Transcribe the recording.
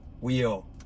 wheel